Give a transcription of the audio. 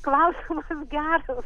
klausimas geras